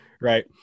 right